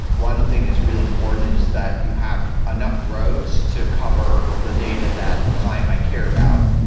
one thing is really important is that you have enough rows to cover the data that a client might care about.